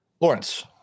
Lawrence